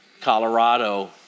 Colorado